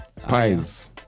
pies